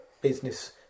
business